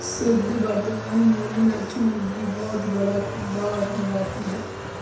शुद्ध वर्तमान मूल्य में छूट भी बहुत बड़ा किरदार निभाती है